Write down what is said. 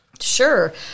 Sure